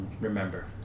remember